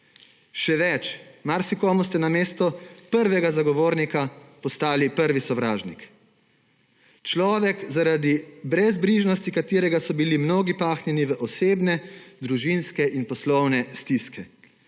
Še več, marsikomu ste namesto prvega zagovornika postali prvi sovražnik. Človek brezbrižnosti, zaradi katerega so bili mnogi pahnjeni v osebne, družinske in poslovne stiske.